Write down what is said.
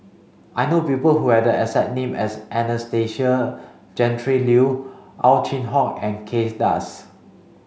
I know people who have the exact name as Anastasia Tjendri Liew Ow Chin Hock and Kay Das